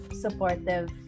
supportive